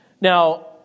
Now